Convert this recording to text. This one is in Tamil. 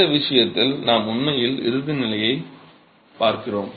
இந்த விஷயத்தில் நாம் உண்மையில் இறுதி நிலையைப் பார்க்கிறோம்